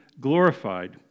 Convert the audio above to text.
glorified